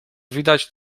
widać